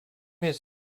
his